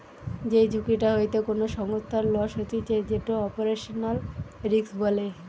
যেই ঝুঁকিটা হইতে কোনো সংস্থার লস হতিছে যেটো অপারেশনাল রিস্ক বলে